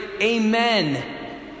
Amen